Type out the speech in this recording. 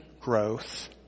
growth